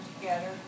together